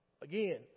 Again